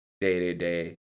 day-to-day